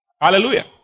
Hallelujah